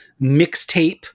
mixtape